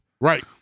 Right